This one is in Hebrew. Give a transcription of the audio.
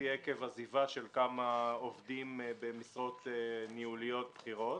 עקב עזיבה של כמה עובדים במשרות ניהוליות בכירות,